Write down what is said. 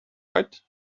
right